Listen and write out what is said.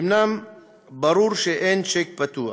אומנם ברור שאין צ'ק פתוח